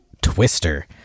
Twister